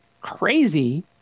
crazy